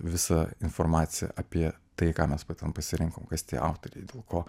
visą informaciją apie tai ką mes būtent pasirinkom kas tie autoriai dėl ko